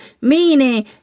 meaning